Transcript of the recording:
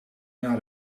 naar